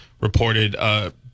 reported